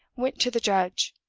went to the judge.